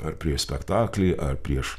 ar prieš spektaklį ar prieš